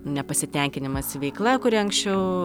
nepasitenkinimas veikla kuri anksčiau